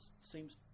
seems